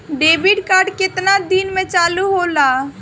Debit card केतना दिन में चालु होला?